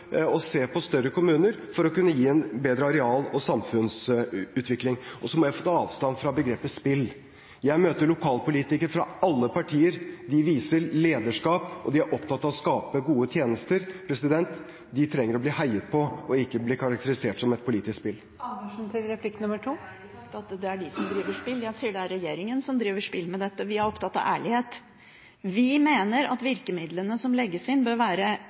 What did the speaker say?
å kunne gi en bedre areal- og samfunnsutvikling. Jeg må få ta avstand fra begrepet «spill». Jeg møter lokalpolitikere fra alle partier. De viser lederskap, og de er opptatt av å skape gode tjenester. De trenger å bli heiet på, ikke at dette blir karakterisert som politisk spill. Jeg har ikke sagt at det er de som driver med spill. Jeg sier at det er regjeringen som driver med spill om dette. Vi er opptatt av ærlighet. Vi mener at virkemidlene som legges inn, bør være